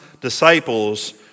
disciples